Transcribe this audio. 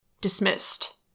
Dismissed